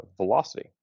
velocity